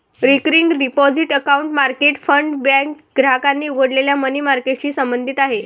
recurring deposit account market fund bank ग्राहकांनी उघडलेल्या money मार्केटशी संबंधित आहे